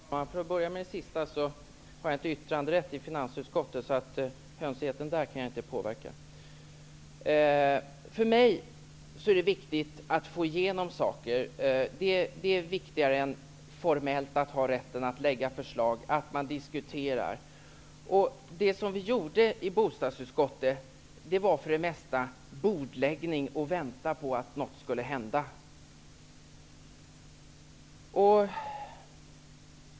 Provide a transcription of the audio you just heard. Herr talman! För att börja med det som Agne Hansson avslutade med, så har jag inte yttranderätt i finansutskottet. Hönsigheten där kan jag alltså inte påverka. För mig är det viktigt att få igenom saker. Det är viktigare att kunna diskutera än att ha den formella rätten att lägga fram förslag. I bostadsutskottet var det mest bordläggning och väntan på att något skulle hända.